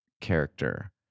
character